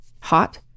hot